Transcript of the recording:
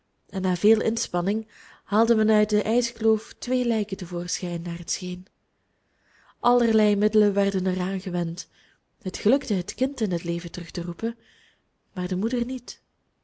en na veel inspanning haalde men uit de ijskloof twee lijken te voorschijn naar het scheen allerlei middelen werden er aangewend het gelukte het kind in het leven terug te roepen maar de moeder niet